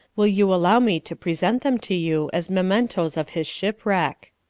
will you allow me to present them to you as mementoes of his shipwreck.